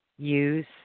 Use